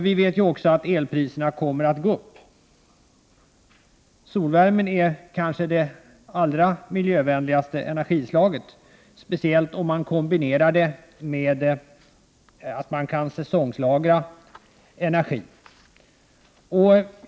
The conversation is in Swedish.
Vi vet också att elpriserna kommer att gå upp. Solvärmen är kanske det allra miljövänligaste energislaget, speciellt om den kombineras med säsongslagrad energi.